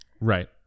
Right